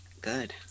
Good